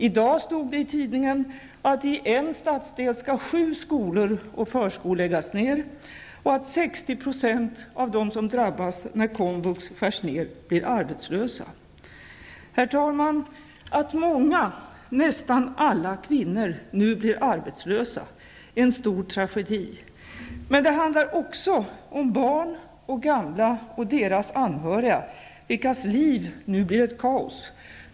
I dag stod det i tidningen att i en stadsdel skall sju skolor och förskolor läggas ned och att 60 % av dem som drabbas när komvux skärs ned blir arbetslösa. Herr talman! Att många, nästan alla kvinnor, nu blir arbetslösa är en stor tragedi. Men det handlar också om barn och gamla och om deras anhöriga, vilkas liv nu blir ett kaos.